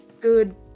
good